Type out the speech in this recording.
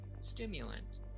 stimulant